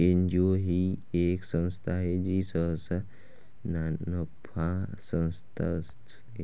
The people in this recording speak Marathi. एन.जी.ओ ही एक संस्था आहे जी सहसा नानफा संस्था असते